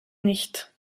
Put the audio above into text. nicht